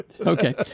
Okay